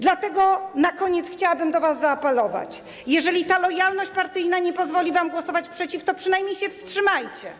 Dlatego na koniec chciałabym do was zaapelować: jeżeli ta lojalność partyjna nie pozwoli wam głosować przeciw, to przynajmniej się wstrzymajcie.